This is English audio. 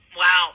wow